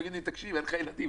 הוא יגיד לי: אין לך ילדים,